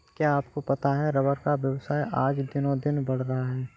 क्या आपको पता है रबर का व्यवसाय आज दिनोंदिन बढ़ रहा है?